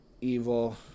Evil